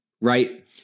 right